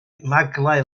maglau